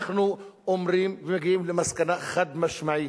אנחנו אומרים ומגיעים למסקנה חד-משמעית,